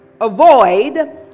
avoid